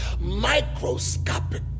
microscopic